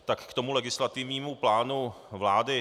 Tak k tomu legislativnímu plánu vlády.